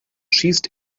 schießt